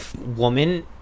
woman